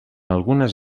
algunes